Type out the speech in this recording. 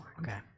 Okay